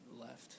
left